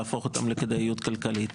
להפוך אותם לכדאיים כלכלית.